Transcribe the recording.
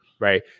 Right